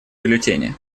бюллетени